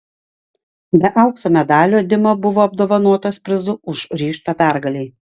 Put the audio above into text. be aukso medalio dima buvo apdovanotas prizu už ryžtą pergalei